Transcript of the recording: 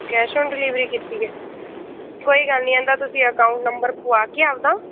cash on delivery ਕੀਤੀ ਹੈ ਕੋਈ ਗੱਲ ਨਹੀਂ ਇਹ ਦਾ ਤੁਸੀਂ ਅਕਾਊਟ ਨੰਬਰ ਪੁਆ ਕੇ ਆਪਣਾ